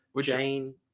Jane